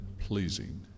pleasing